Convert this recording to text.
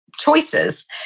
Choices